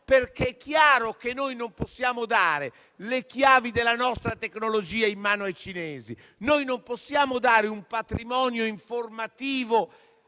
perché è chiaro che non possiamo dare le chiavi della nostra tecnologia in mano ai cinesi. Non possiamo dare un patrimonio informativo